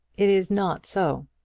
it is not so.